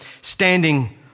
standing